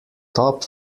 top